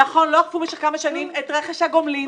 נכון, לא אכפו במשך כמה שנים את רכש הגומלין.